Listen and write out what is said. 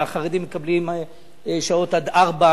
החרדים מקבלים שעות עד 16:00,